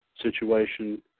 situation